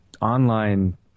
online